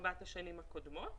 ארבע השנים הקודמות.